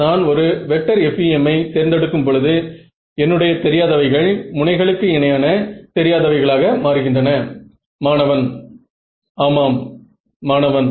இன்னும் கொஞ்சம் துல்லியமாக சிலவற்றை நான் செய்வேன்